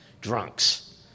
drunks